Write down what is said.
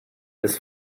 ist